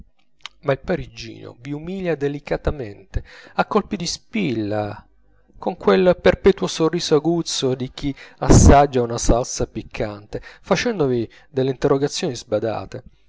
ma il parigino vi umilia delicatamente a colpi di spilla con quel perpetuo sorriso aguzzo di chi assaggia una salsa piccante facendovi delle interrogazioni sbadate